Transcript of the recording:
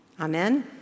Amen